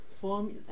form